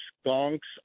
skunks